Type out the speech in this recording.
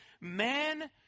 Man